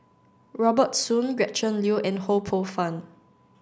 Robert Soon Gretchen Liu and Ho Poh Fun